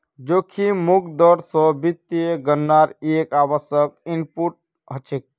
जोखिम मुक्त दर स वित्तीय गणनार एक आवश्यक इनपुट हछेक